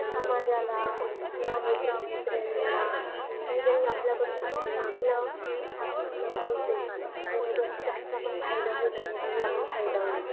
समाजाला किंवा मित्रमैत्रिणींना काहीतरी आपल्याकडून चांगलं सांगितलं पाहिजे जेणेकरून त्यांचा पण फायदा होईल आणि आपला पण फायदा होईल